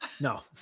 No